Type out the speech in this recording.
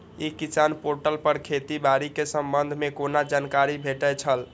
ई किसान पोर्टल पर खेती बाड़ी के संबंध में कोना जानकारी भेटय छल?